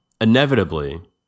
Inevitably